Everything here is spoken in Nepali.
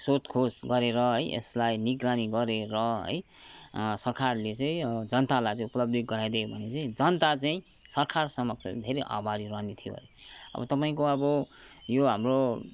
सोध खोज गरेर है यसलाई निगरानी गरेर है सरकारले चाहिँ जनतालाई चाहिँ उपलब्धि गराइदियो भने चाहिँ जनता चाहिँ सरकार समक्ष धेरै आभारी रहने थियो अब तपाईँको अब यो हाम्रो